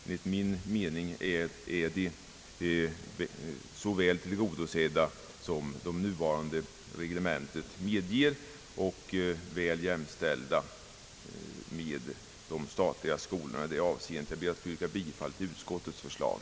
Enligt min mening är de så väl tillgodosedda som det nuvarande reglementet medger och i det avseendet väl jämställda med eleverna vid de statliga skolorna. Jag ber att få yrka bifall till utskottets förslag.